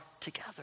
together